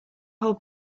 whole